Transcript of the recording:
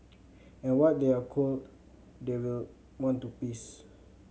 and what they are cold they will want to piss